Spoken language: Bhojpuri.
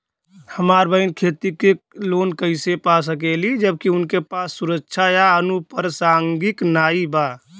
हमार बहिन खेती के लोन कईसे पा सकेली जबकि उनके पास सुरक्षा या अनुपरसांगिक नाई बा?